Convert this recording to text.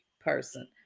person